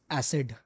acid